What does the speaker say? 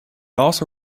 also